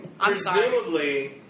Presumably